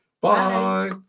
Bye